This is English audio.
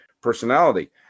personality